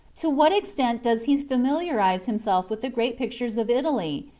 to what extent does he familiarize himself with the great pictures of italy,